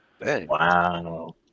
Wow